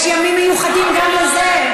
יש ימים מיוחדים גם לזה.